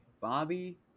Bobby